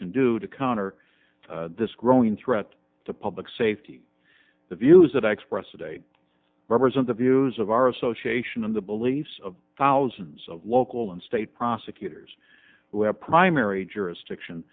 can do to counter this growing threat to public safety the views that i express today represent the views of our association and the beliefs of thousands of local and state prosecutors who have primary jurisdiction